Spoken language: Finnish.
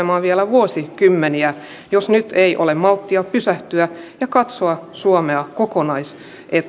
vuosikymmeniä jos nyt ei ole malttia pysähtyä ja katsoa suomen kokonaisetua